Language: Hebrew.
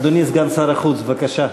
אדוני סגן שר החוץ, בבקשה.